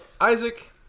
Isaac